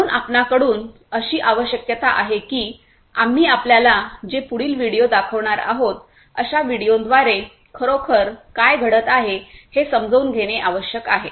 म्हणून आपणाकडून अशी आवशक्यता आहे की आम्ही आपल्याला जे पुढील व्हिडिओ दाखवणार आहोत अशा व्हिडिओंद्वारे खरोखर काय घडत आहे हे समजून घेणे आवश्यक आहे